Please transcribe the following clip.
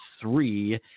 three